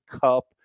cup